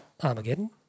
Armageddon